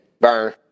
burn